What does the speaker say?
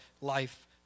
life